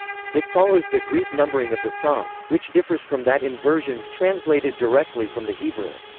it follows the greek numbering of the psalms, which differs from that in versions translated directly from the hebrew.